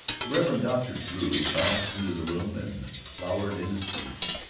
reverend dr. drew bounced into the room and flowered into speech